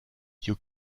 you